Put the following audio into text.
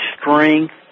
strength